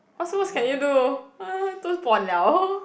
what's worse can you do 都 pon [liao]